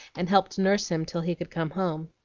and helped nurse him till he could come home.